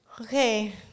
okay